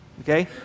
Okay